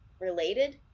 Related